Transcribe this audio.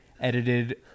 edited